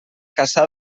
cassà